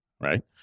right